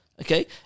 okay